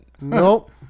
nope